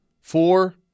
Four